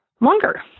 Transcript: longer